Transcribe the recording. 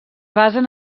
basen